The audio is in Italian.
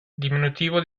diminutivo